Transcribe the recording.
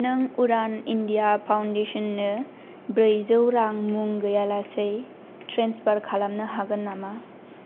नों उरान India foundation नो ब्रैजौ रां मुं गैयालासै ट्रेन्सफार खालामनो हागोन नामा